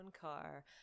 car